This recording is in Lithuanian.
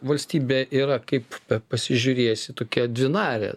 valstybė yra kaip pasižiūrėsi tokia dvinarė